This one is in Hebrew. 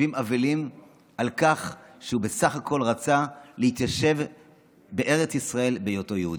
יושבים אבלים על כך שהוא בסך הכול רצה להתיישב בארץ ישראל בהיותו יהודי.